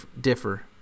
differ